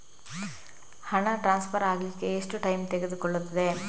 ಹಣ ಟ್ರಾನ್ಸ್ಫರ್ ಅಗ್ಲಿಕ್ಕೆ ಎಷ್ಟು ಟೈಮ್ ತೆಗೆದುಕೊಳ್ಳುತ್ತದೆ?